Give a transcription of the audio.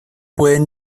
pueden